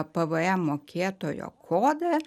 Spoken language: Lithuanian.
pvm mokėtojo kodą